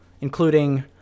including –